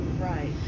Right